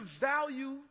value